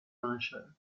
maréchal